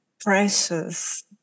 precious